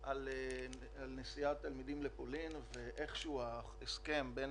על נסיעת תלמידים לפולין ואיכשהו ההסכם בין